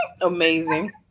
Amazing